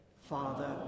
father